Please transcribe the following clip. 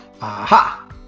Aha